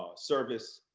ah service.